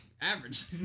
average